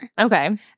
Okay